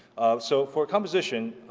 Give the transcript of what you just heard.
so for composition,